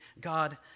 God